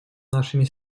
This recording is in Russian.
нашими